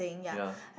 yea